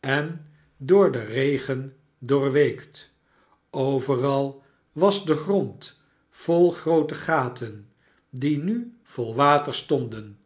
en door den regen doorweekt overal was de grond vol groote gaten die nu vol water stonden